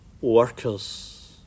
workers